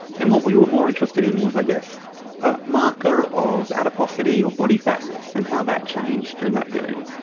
and what we were more interested in was i guess a marker of adiposity or body fatness and how that changed during that period,